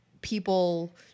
people